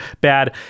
bad